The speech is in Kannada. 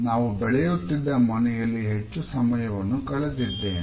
ನಾನು ಬೆಳೆಯುತ್ತಿದ್ದ ಮನೆಯಲ್ಲಿ ಹೆಚ್ಚು ಸಮಯವನ್ನು ಕಳೆದಿದ್ದೇನೆ